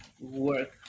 work